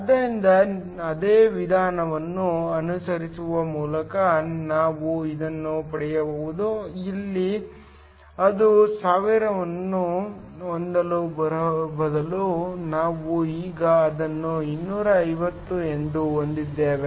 ಆದ್ದರಿಂದ ಅದೇ ವಿಧಾನವನ್ನು ಅನುಸರಿಸುವ ಮೂಲಕ ನಾವು ಇದನ್ನು ಪಡೆಯಬಹುದು ಅಲ್ಲಿ ಅದು ಸಾವಿರವನ್ನು ಹೊಂದುವ ಬದಲು ನಾವು ಈಗ ಅದನ್ನು 250 ಎಂದು ಹೊಂದಿದ್ದೇವೆ